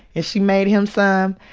and she made him some,